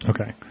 Okay